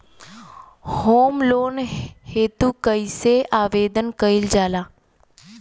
Home loan हेतु कइसे आवेदन कइल जाला?